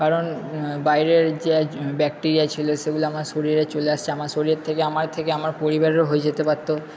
কারণ বাইরের যে ব্যাকটিরিয়া ছিল সেগুলো আমার শরীরে চলে আসছে আমার শরীর থেকে আমার থেকে আমার পরিবারেরও হয়ে যেতে পারতো